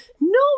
no